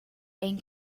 ein